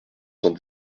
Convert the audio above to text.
cent